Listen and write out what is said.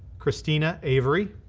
christina avery,